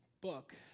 book